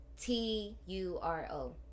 t-u-r-o